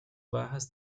bajas